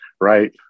right